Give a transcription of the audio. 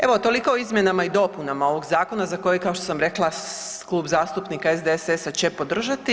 Evo, toliko o izmjenama i dopunama ovog zakona za kojeg, kao što sam rekla, Klub zastupnika SDSS-a će podržati.